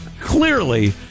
clearly